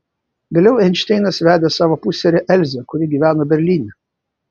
vėliau einšteinas vedė savo pusseserę elzę kuri gyveno berlyne